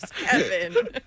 Kevin